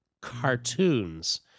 cartoons